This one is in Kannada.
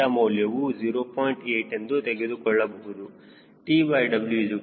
8 ಎಂದು ತೆಗೆದುಕೊಳ್ಳಬಹುದು